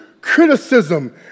criticism